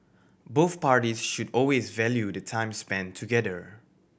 both parties should always value the time spent together